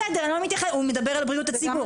בסדר, הוא מדבר על בריאות הציבור.